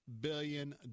billion